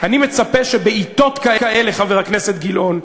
אני מצפה שבעתות כאלה, חבר הכנסת גילאון,